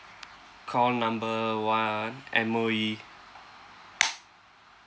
call number one M_O_E